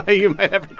ah you might.